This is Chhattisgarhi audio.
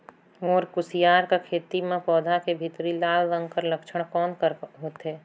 मोर कुसियार कर खेती म पौधा के भीतरी लाल रंग कर लक्षण कौन कर होथे?